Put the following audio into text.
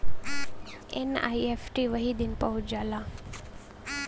NEFT वही दिन पहुंच जाला